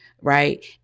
right